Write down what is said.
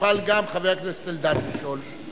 יוכל גם חבר הכנסת אלדד לשאול.